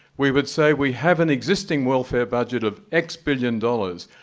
we would say, we have an existing welfare budget of x billion dollars.